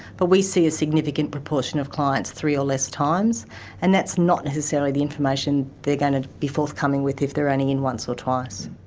but we see a significant proportion of clients three or less times and that's not necessarily the information they're going to be forthcoming with if they're only in once or twice.